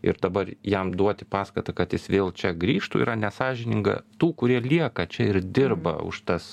ir dabar jam duoti paskatą kad jis vėl čia grįžtų yra nesąžininga tų kurie lieka čia ir dirba už tas